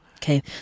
Okay